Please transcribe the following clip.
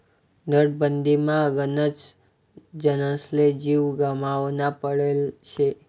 नोटबंदीमा गनच जनसले जीव गमावना पडेल शे